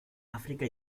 africa